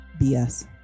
BS